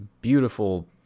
beautiful